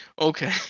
Okay